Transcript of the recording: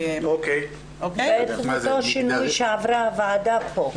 בעצם אותו שינוי שעברה הוועדה פה.